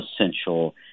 essential